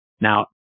Now